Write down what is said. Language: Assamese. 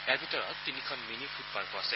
ইয়াৰ ভিতৰত তিনিখন মিনি ফুড পাৰ্কো আছে